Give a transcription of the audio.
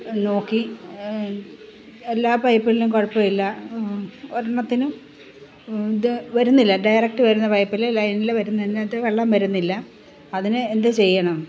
നോക്കി എല്ലാ പൈപ്പിലും കുഴപ്പമില്ല ഒരെണ്ണത്തിനും ത് വരുന്നില്ല ഡയറക്റ്റ് വരുന്ന പൈപ്പില് ലൈനില് വരുന്നതിനകത്തു വെള്ളം വരുന്നില്ല അതിനെ എന്തു ചെയ്യണം